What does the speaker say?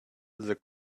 the